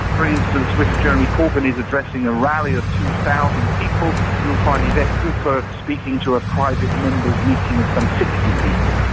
for instance, if jeremy corbyn is addressing a rally of two thousand people, you'll find yvette cooper speaking to a private members meeting of some sixty people.